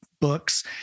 Books